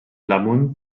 damunt